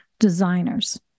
designers